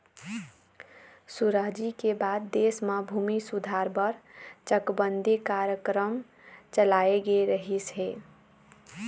सुराजी के बाद देश म भूमि सुधार बर चकबंदी कार्यकरम चलाए गे रहिस हे